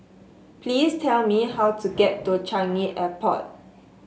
please tell me how to get to Changi Airport